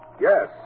Yes